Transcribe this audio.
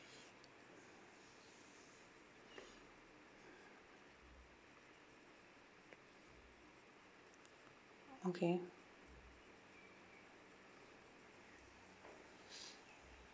okay